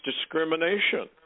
discrimination